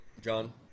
John